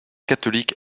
catholique